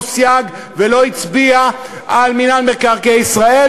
סייג ולא הצביע על מינהל מקרקעי ישראל,